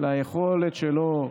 ליכולת שלו,